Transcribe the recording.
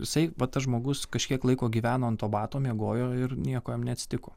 jisai va tas žmogus kažkiek laiko gyveno ant to bato miegojo ir nieko jam neatsitiko